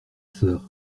sœur